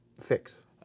fix